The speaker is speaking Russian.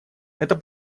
это